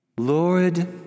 Lord